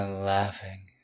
Laughing